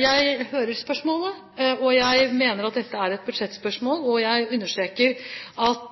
Jeg hører spørsmålet. Jeg mener at dette er et budsjettspørsmål, og jeg understreker at